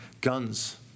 guns